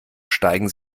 steigen